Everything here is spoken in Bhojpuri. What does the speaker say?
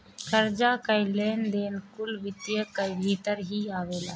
कर्जा कअ लेन देन कुल वित्त कअ भितर ही आवेला